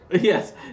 yes